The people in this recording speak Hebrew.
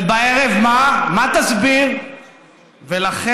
ובערב, מה, מה תסביר?